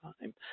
time